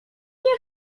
nie